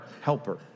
helper